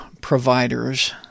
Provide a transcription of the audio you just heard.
providers